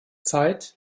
zeit